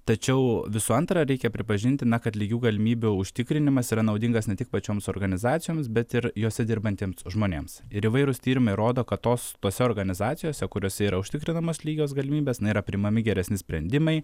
tačiau visų antra reikia pripažinti na kad lygių galimybių užtikrinimas yra naudingas ne tik pačioms organizacijoms bet ir jose dirbantiems žmonėms ir įvairūs tyrimai rodo kad tos tose organizacijose kuriose yra užtikrinamos lygios galimybės na yra priimami geresni sprendimai